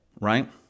right